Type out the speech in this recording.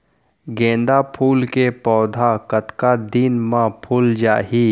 गेंदा फूल के पौधा कतका दिन मा फुल जाही?